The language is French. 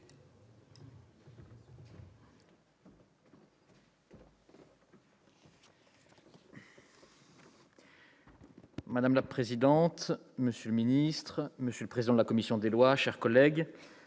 Madame la présidente, monsieur le ministre, monsieur le président de la commission des lois, mes chers collègues,